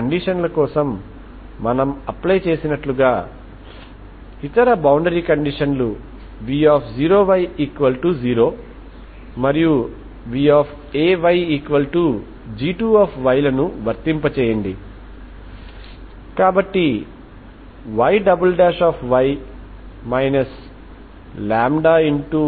కాబట్టి ఒకసారి మీరు Xను కలిగి ఉన్నపుడు ఇప్పుడు మీరు T సమస్యను n ఐగెన్ విలువల కు సమానంగా ఉంచడం ద్వారా పరిష్కరించవచ్చు కాబట్టి ప్రతి n 0123 మరియు t 0 విలువలకు ఎల్లప్పుడూ Tntn22L22Tnt0 గా ఉంటుంది